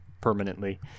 permanently